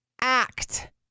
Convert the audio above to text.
act